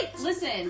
Listen